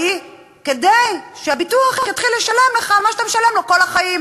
נוראי כדי שהביטוח יתחיל לשלם לך ממה שאתה משלם לו כל החיים,